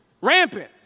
rampant